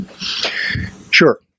Sure